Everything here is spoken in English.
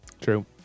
True